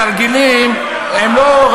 תרגילים הם לא,